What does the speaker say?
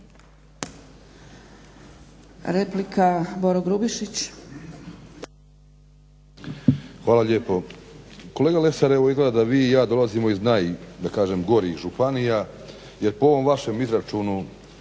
Replika, Boro Grubišić.